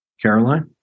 Caroline